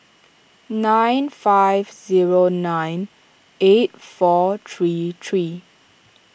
nine five zero nine eight four three three